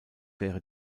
wäre